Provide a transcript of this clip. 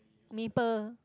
maple